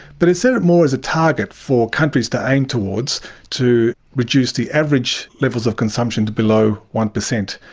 but it served more as a target for countries to aim towards to reduce the average levels of consumption to below one percent.